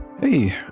hey